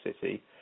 City